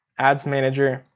ads manager,